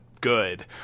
good